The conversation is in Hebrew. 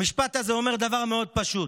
המשפט הזה אומר דבר מאוד פשוט: